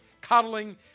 Coddling